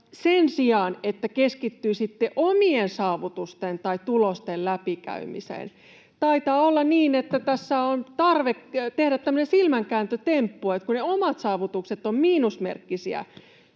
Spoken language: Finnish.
sen sijaan, että keskittyisivät omien saavutusten tai tulosten läpikäymiseen. Taitaa olla niin, että tässä on tarve tehdä tämmöinen silmänkääntötemppu, kun ne omat saavutukset ovat miinusmerkkisiä: